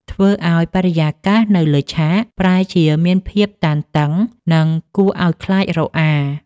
ធ្វើឱ្យបរិយាកាសនៅលើឆាកប្រែជាមានភាពតានតឹង និងគួរឱ្យខ្លាចរអា។